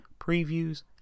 previews